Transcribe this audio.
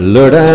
Lord